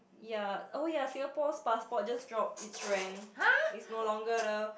ya oh ya Singapore's passport just dropped it's rank it's no longer the